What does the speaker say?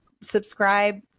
subscribe